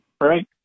Right